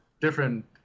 different